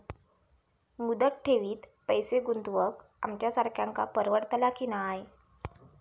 मुदत ठेवीत पैसे गुंतवक आमच्यासारख्यांका परवडतला की नाय?